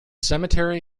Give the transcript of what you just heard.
cemetery